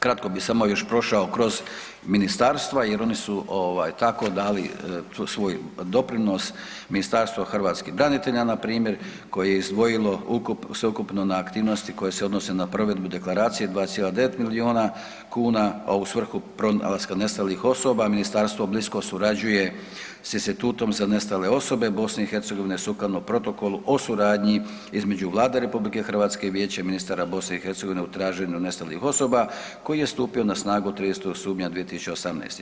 Kratko bi samo još prošao kroz ministarstva jer oni su ovaj tako dali tu svoj doprinos, Ministarstvo hrvatskih branitelja npr. koje je izdvojilo sveukupno na aktivnosti koje se odnose na provedbu deklaracije 2,9 milijona kuna, a u svrhu pronalaska nestalih osoba ministarstvo blisko surađuje s Institutom za nestale osobe BiH sukladno Protokolu o suradnji između Vlade RH i Vijeća ministara BiH u traženju nestalih osoba koji je stupio na snagu 30. … [[Govornik se ne razumije]] 2018.